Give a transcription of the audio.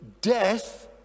death